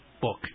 book